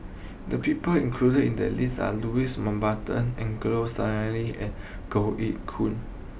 the people included in the list are Louis Mountbatten Angelo Sanelli and Goh Eck Kheng